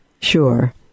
Sure